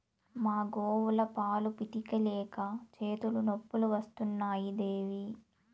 మా గోవుల పాలు పితిక లేక చేతులు నొప్పులు వస్తున్నాయి దేవీ